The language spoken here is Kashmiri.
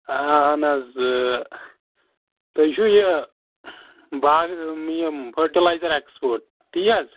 آ اَہَن حظ تُہۍ چھُو یہِ باغ یِم یِم فٔٹلایزَر اٮ۪کٕسپٲٹ تی حظ